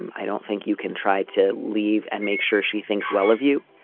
and i don't think you can try to leave and make sure she thinks well of you.